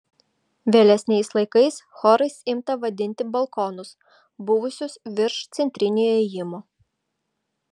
vėlesniais laikais chorais imta vadinti balkonus buvusius virš centrinio įėjimo